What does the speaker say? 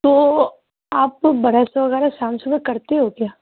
تو آپ برش وغیرہ شام صبح کرتے ہو کیا